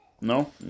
No